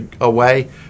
away